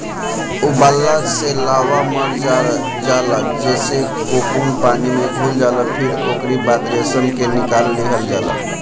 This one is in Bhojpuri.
उबालला से लार्वा मर जाला जेसे कोकून पानी में घुल जाला फिर ओकरी बाद रेशम के निकाल लिहल जाला